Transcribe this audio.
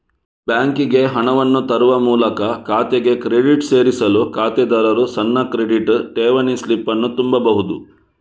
ಬ್ಯಾಂಕಿಗೆ ಹಣವನ್ನು ತರುವ ಮೂಲಕ ಖಾತೆಗೆ ಕ್ರೆಡಿಟ್ ಸೇರಿಸಲು ಖಾತೆದಾರರು ಸಣ್ಣ ಕ್ರೆಡಿಟ್, ಠೇವಣಿ ಸ್ಲಿಪ್ ಅನ್ನು ತುಂಬಬಹುದು